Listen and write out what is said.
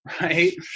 right